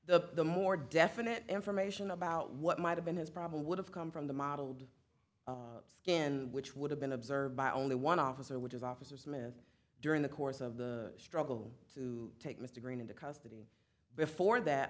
the the more definite information about what might have been his problem would have come from the modeled skin which would have been observed by only one officer which is officer smith during the course of the struggle to take mr green into custody before that